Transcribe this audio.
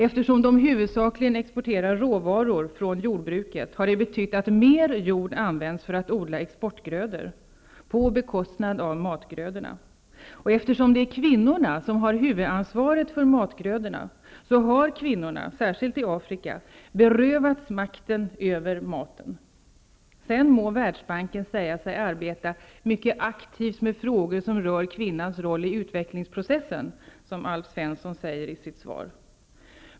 Eftersom de huvudsakligen exporterar råvaror från jordbruket har detta betytt att mer jord används för att odla exportgrödor på bekostnad av matgrödorna. Eftersom det är kvinnorna som har huvudansvaret för matgrödorna har kvinnorna, särskilt i Afrika, berövats makten över maten. Sedan må Världsbanken säga sig arbeta mycket aktivt med frågor som rör kvinnans roll i utvecklingsprocessen, som Alf Svensson säger i sitt svar.